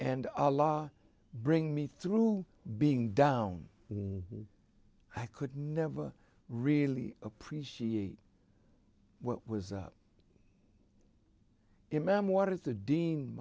and our law bring me through being down i could never really appreciate what was the man what is the dean